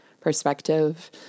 perspective